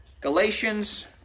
Galatians